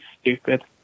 stupid